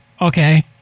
Okay